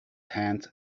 hand